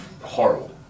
horrible